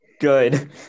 Good